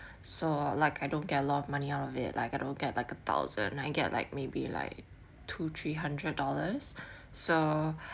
so like I don't get a lot of money out of it like I don't get like a thousand I get like maybe like two three hundred dollars so